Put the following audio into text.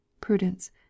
PRUDENCE